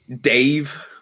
Dave